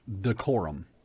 Decorum